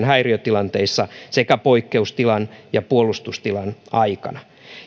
häiriötilanteissa sekä poikkeustilan ja puolustustilan aikana